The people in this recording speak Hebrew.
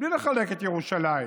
בלי לחלק את ירושלים.